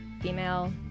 female